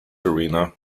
arena